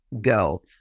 go